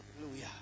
Hallelujah